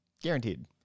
Guaranteed